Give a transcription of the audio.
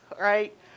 right